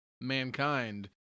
Mankind